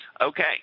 Okay